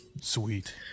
Sweet